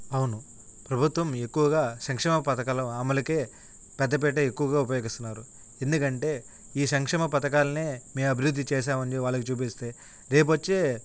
అవును ప్రభుత్వం ఎక్కువగా సంక్షేమ పథకాలు అమలుకే పెద్ద పీట ఎక్కువగా ఉపయోగిస్తున్నారు ఎందుకంటే ఈ సంక్షేమ పథకాలనే మేము అభివృద్ధి చేశామని వాళ్ళకి చూపిస్తే రేపొచ్చే